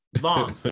long